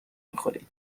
میخوری